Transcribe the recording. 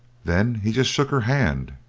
then he just shook her hand,